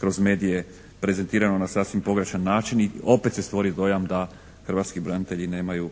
kroz medije prezentirano na sasvim pogrešan način i opet se stvori dojam da hrvatski branitelji nemaju